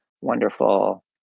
Wonderful